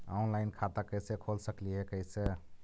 Online खाता कैसे खोल सकली हे कैसे?